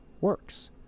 works